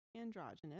androgynous